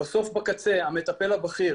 בסוף בקצה המטפל הבכיר